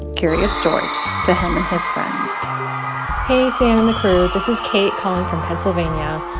curious george, to him and his friends hey, sam and the crew. this is kate calling from pennsylvania.